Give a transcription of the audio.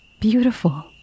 Beautiful